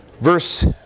Verse